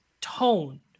tone